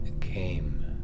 came